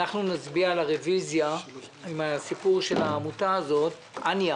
נצביע על הרביזיה על העמותה אניה